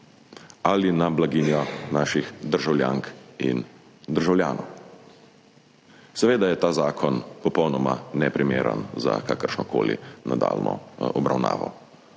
ali na blaginjo naših državljank in državljanov. Seveda je ta zakon popolnoma neprimeren za kakršno koli nadaljnjo obravnavo.